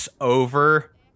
over